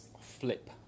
flip